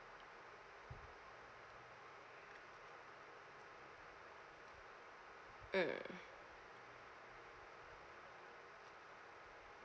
mm